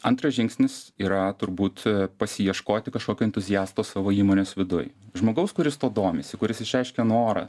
antras žingsnis yra turbūt pasiieškoti kažkokio entuziasto savo įmonės viduj žmogaus kuris tuo domisi kuris išreiškia norą